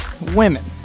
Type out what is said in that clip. women